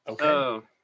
okay